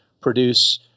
produce